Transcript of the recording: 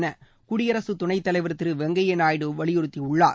என குடியரசு துணைத் தலைவர் திரு வெங்கய்ய நாயுடு வலியுறுத்தியுள்ளார்